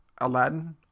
Aladdin